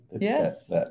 yes